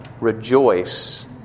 rejoice